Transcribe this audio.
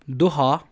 دُہَا